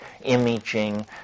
imaging